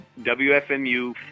WFMU